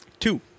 Two